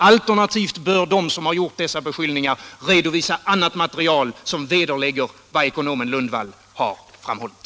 Alternativt bör de som har gjort dessa beskyllningar redovisa annat material som vederlägger vad ekonomen Lundvall har framhållit.